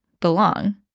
belong